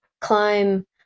climb